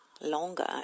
longer